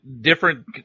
different